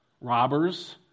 robbers